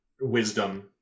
wisdom